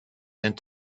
and